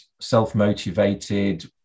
self-motivated